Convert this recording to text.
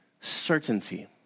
certainty